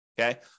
Okay